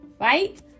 right